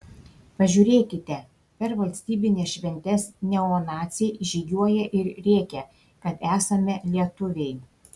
pažiūrėkite per valstybines šventes neonaciai žygiuoja ir rėkia kad esame lietuviai